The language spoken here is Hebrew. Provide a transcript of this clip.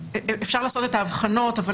אפשר לעשות את ההבחנות שהזכרנו,